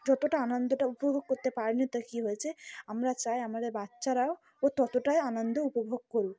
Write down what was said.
যতটা আনন্দটা উপভোগ করতে পার নি তো কী হয়েছে আমরা চাই আমাদের বাচ্চারাও ও ততটাই আনন্দ উপভোগ করুক